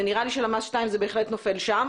נראה לי שלמ"ס שתיים בהחלט נופל שם.